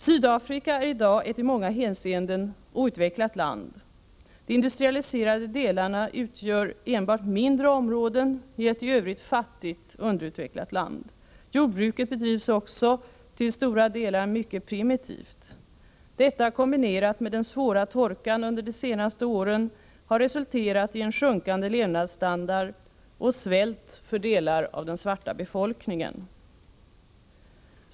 Sydafrika är i dag ett i många hänseenden outvecklat land. De industrialiserade delarna utgör enbart mindre områden i ett i övrigt fattigt, underutvecklat land. Jordbruket bedrivs också i stor utsträckning mycket primitivt. Detta kombinerat med den svåra torkan under de senaste åren har resulterat i en sjunkande levnadsstandard och svält för delar av den svarta befolkningen.